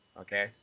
Okay